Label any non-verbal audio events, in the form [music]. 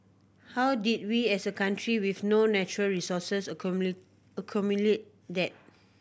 how did we as a country with no natural resources [unintelligible] accumulate that